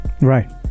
Right